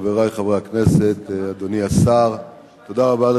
תודה רבה,